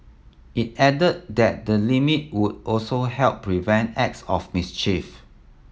it added that the limit would also help prevent acts of mischief